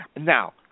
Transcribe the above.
Now